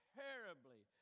terribly